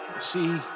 See